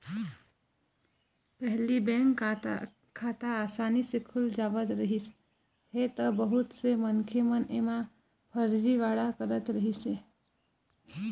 पहिली बेंक खाता असानी ले खुल जावत रहिस हे त बहुत से मनखे मन एमा फरजीवाड़ा करत रहिस हे